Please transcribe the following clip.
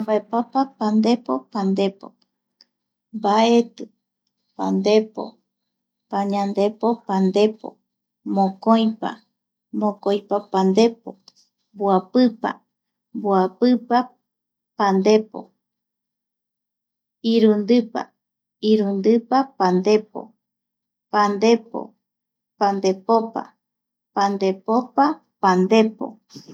Yambaepapa pandepo pandepo, mbaeti, pandepo, pañandepo pandepo, mokoipa, mokoipa pandepo, mboapipa, mboapipa pandepo, irundipa, irundipa pandepo, pandepo, pandepopa, pandepopa pandepo